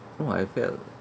so I felt